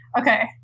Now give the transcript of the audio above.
Okay